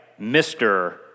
Mr